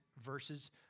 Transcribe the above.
verses